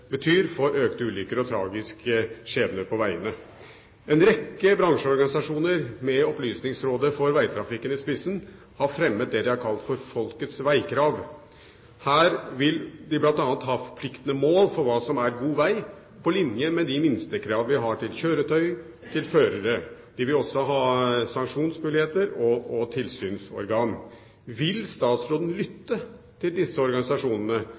økte ulykker og flere tragiske skjebner på vegene. En rekke bransjeorganisasjoner med Opplysningsrådet for Veitrafikken i spissen har fremmet det de har kalt Folkets veikrav. Her vil de bl.a. ha forpliktende mål for hva som er god veg, på linje med de minstekrav vi har til kjøretøy og førere. De vil også ha sanksjonsmuligheter og tilsynsorgan. Vil statsråden lytte til disse organisasjonene,